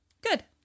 good